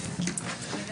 בוקר טוב,